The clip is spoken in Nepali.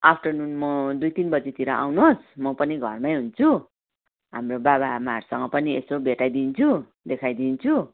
आफ्टरनुनमा दुई तिन बजी आउनुहोस् म पनि घरमै हुन्छु हाम्रो बाबाआमाहरूसँग पनि यसो भेटाइदिन्छु देखाइदिन्छु